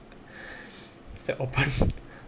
so I open